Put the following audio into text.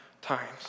times